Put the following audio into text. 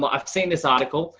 um i've seen this article,